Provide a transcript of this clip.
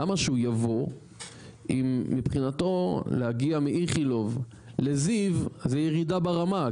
למה שהוא יבוא אם מבחינתו להגיע לאיכילוב לזיו זה ירידה ברמה?